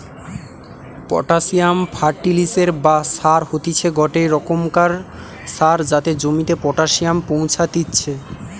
potassium ফার্টিলিসের বা সার হতিছে গটে রোকমকার সার যাতে জমিতে পটাসিয়াম পৌঁছাত্তিছে